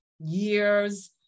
years